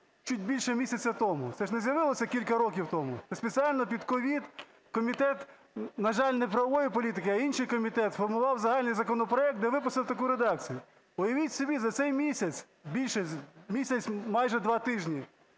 чуть більше місяця тому. Це ж не з'явилось кілька років тому. Це спеціально під COVID комітет, на жаль, не правової політики, а інший комітет сформував загальний законопроект, де виписав таку редакцію. Уявіть собі, за цей місяць, більше,